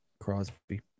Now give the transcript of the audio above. crosby